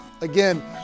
Again